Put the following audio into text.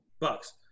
bucks